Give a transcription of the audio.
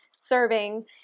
serving